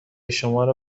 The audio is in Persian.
شمارو